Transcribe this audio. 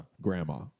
Grandma